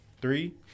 Three